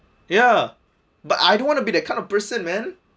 ya but I don't want to be that kind of person man